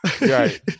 Right